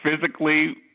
physically